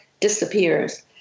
disappears